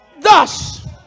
Thus